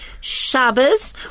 Shabbos